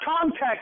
contact